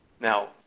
Now